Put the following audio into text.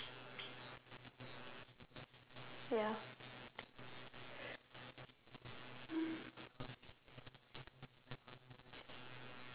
ya